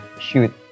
shoot